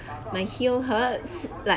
my heel hurts like